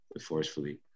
forcefully